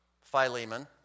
Philemon